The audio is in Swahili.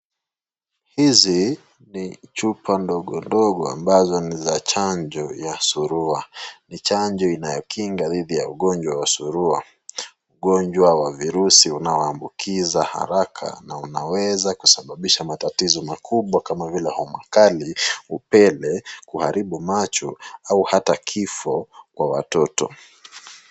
Hizi ni chupa ndogo ndogo ambazo ni za chanjo ya surua. Ni chanjo inakinga dhidi ya ugojwa wa surua ugonjwa wa virusi unaoambukiza haraka na unaweza kusababisha matatizo makubwa kama vile homa kali, upele, kuharibu macho au hata kifo kwa watoto.